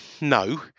No